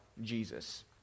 Jesus